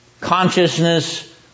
consciousness